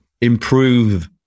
improve